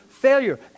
failure